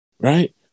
right